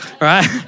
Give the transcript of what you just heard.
right